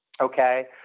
okay